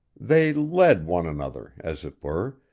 they led one another, as it were,